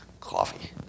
coffee